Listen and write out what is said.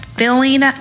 filling